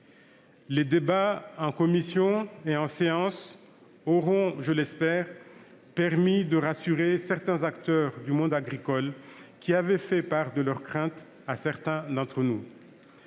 Les débats en commission et en séance auront- je l'espère -permis de rassurer certains acteurs du monde agricole, qui avaient fait part de leurs craintes à plusieurs d'entre nous.